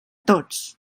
tots